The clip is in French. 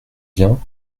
vient